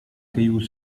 caillou